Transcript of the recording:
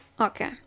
okay